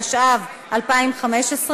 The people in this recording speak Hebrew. התשע"ה 2015,